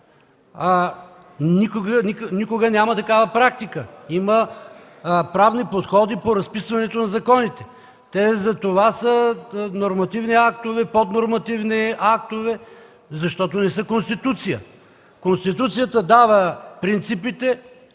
Никога няма такава практика. Има правни подходи по разписването на законите. Те затова са нормативни актове, поднормативни актове, защото не са Конституция. Конституцията дава принципите,